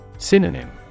Synonym